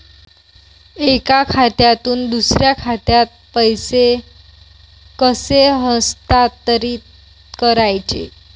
एका खात्यातून दुसऱ्या खात्यात पैसे कसे हस्तांतरित करायचे